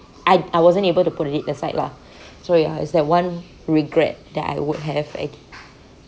I'd I wasn't able to put it it aside lah so ya it's that one regret that I would have a